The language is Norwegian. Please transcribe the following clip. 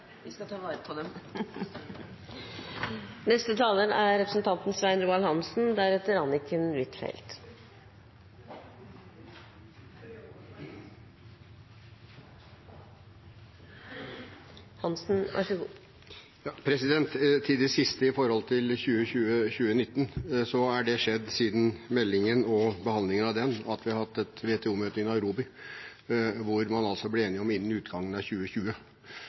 Vi skal ta vare på dem. Til det siste, om 2020 og 2019: Siden meldingen og behandlingen av den er dét skjedd at vi har hatt et WTO-møte i Nairobi, hvor man ble enige om «innen utgangen av 2020»,